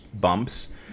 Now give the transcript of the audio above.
bumps